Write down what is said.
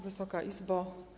Wysoka Izbo!